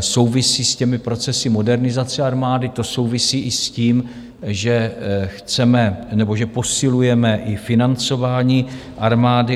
souvisí s procesy modernizace armády, to souvisí i s tím, že posilujeme i financování armády.